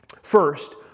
First